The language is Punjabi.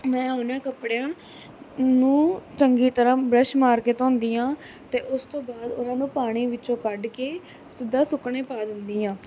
ਮੈਂ ਉਨ੍ਹਾਂ ਕੱਪੜਿਆਂ ਨੂੰ ਚੰਗੀ ਤਰ੍ਹਾਂ ਬਰੱਸ਼ ਮਾਰ ਕੇ ਧੋਂਦੀ ਹਾਂ ਅਤੇ ਉਸ ਤੋਂ ਬਾਅਦ ਉਨ੍ਹਾਂ ਨੂੰ ਪਾਣੀ ਵਿੱਚੋਂ ਕੱਢ ਕੇ ਸਿੱਧਾ ਸੁੱਕਣੇ ਪਾ ਦਿੰਦੀ ਹਾਂ